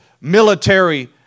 military